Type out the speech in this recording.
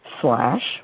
slash